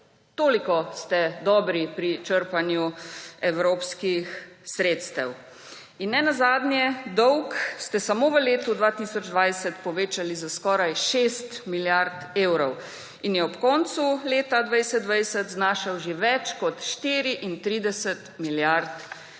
Toliko ste dobri pri črpanju evropskih sredstev. In nenazadnje ste dolg samo v letu 2020 povečali za skoraj 6 milijard evrov in je ob koncu leta 2020 znašal že več kot 34 milijard evrov.